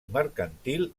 mercantil